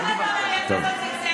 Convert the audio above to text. למה אתה אומר שאף אחד לא זלזל?